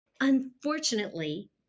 unfortunately